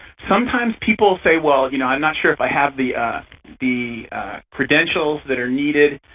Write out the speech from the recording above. sometimes people say, well, you know, i'm not sure if i have the the credentials that are needed.